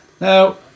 Now